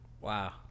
Wow